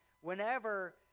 whenever